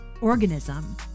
organism